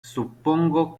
supongo